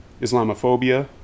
Islamophobia